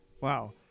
Wow